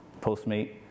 Postmate